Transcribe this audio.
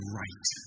right